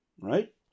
right